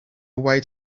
way